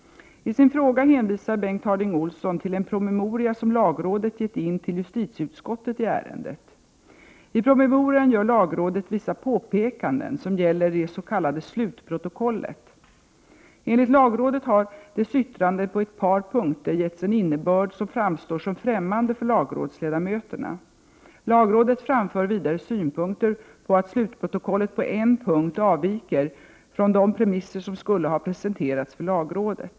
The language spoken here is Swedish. I sin fråga hänvisar Bengt Harding Olson till en promemoria som lagrådet gett in till justitieutskottet i ärendet. I promemorian gör lagrådet vissa påpekanden som gäller det s.k. slutprotokollet. Enligt lagrådet har dess yttrande på ett par punkter getts en innebörd som framstår som främmande för lagrådsledamöterna. Lagrådet framför vidare synpunkter på att slutprotokollet på en punkt avviker från de premisser som skulle ha presenterats för lagrådet.